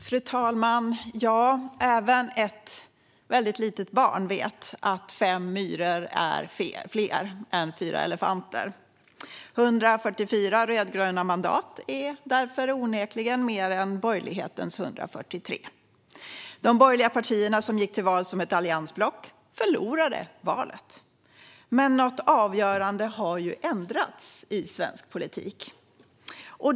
Fru talman! Även ett väldigt litet barn vet att fem myror är fler än fyra elefanter. Därför är 144 rödgröna mandat onekligen fler än borgerlighetens 143. De borgerliga partierna, som gick till val som ett alliansblock, förlorade valet. Något avgörande har dock ändrats i svensk politik.